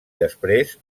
després